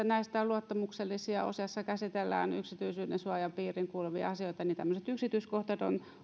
on luottamuksellisia osassa käsitellään yksityisyydensuojan piiriin kuuluvia asioita ja tämmöiset yksityiskohdat